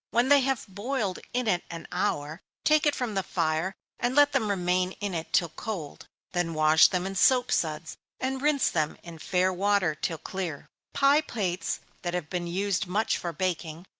when they have boiled in it an hour, take it from the fire, and let them remain in it till cold then wash them in soap-suds, and rinse them in fair water till clear. pie plates that have been used much for baking,